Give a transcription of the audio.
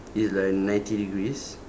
it's like ninety degrees